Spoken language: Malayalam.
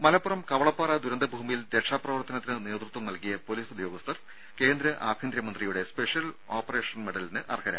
രും മലപ്പുറം കവളപ്പാറ ദുരന്ത ഭൂമിയിൽ രക്ഷാപ്രവർത്തനത്തിന് നേതൃത്വം നൽകിയ പൊലീസ് ഉദ്യോഗസ്ഥർ കേന്ദ്ര ആഭ്യന്തര മന്ത്രിയുടെ സ്പെഷൽ ഓപറേഷൻ മെഡലിന് അർഹരായി